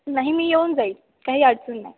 नाही मी येऊन जाईन काही अडचण नाही